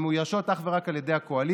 הן מאוישות אך ורק על ידי הקואליציה,